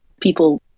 people